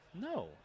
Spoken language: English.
No